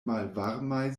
malvarmaj